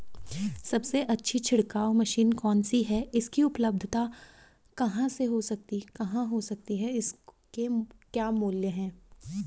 सबसे अच्छी छिड़काव मशीन कौन सी है इसकी उपलधता कहाँ हो सकती है इसके क्या मूल्य हैं?